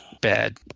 bad